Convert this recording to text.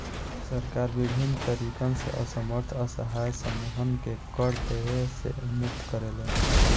सरकार बिभिन्न तरीकन से असमर्थ असहाय समूहन के कर देवे से मुक्त करेले